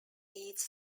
its